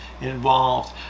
involved